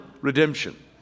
redemption